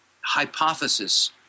hypothesis